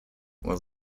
while